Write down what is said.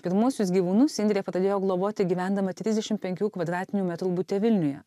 pirmuosius vis gyvūnus indrė pradėjo globoti gyvendama trisdešim penkių kvadratinių metrų bute vilniuje